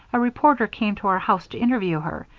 a reporter came to our house to interview her,